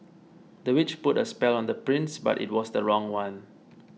the witch put a spell on the prince but it was the wrong one